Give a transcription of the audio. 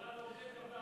פרט לעובדי קבלן.